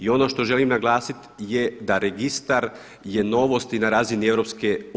I ono što želim naglasiti je da registar je novost i na razini EU.